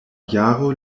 jaro